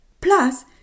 Plus